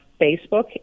Facebook